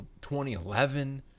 2011